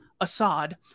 Assad